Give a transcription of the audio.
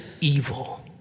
evil